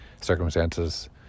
circumstances